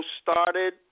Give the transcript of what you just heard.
started